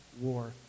war